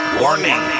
warning